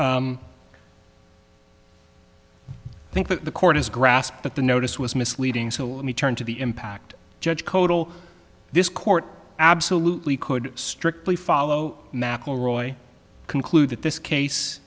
i think that the court has grasped that the notice was misleading so let me turn to the impact judge total this court absolutely could strictly follow mcelroy conclude that this case